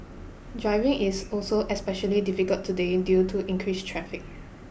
driving is also especially difficult today due to increased traffic